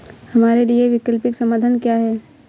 हमारे लिए वैकल्पिक समाधान क्या है?